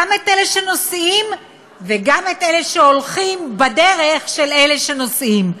גם את אלה שנוסעים וגם את אלה שהולכים בדרך של אלה שנוסעים.